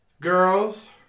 Girls